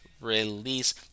release